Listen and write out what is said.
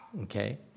okay